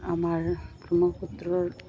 আমাৰ ব্ৰহ্মপুত্ৰৰ